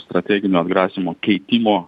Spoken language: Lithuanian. strateginio atgrasymo keitimo